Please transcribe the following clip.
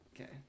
okay